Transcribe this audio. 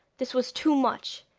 this was too much,